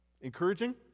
Encouraging